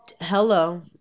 Hello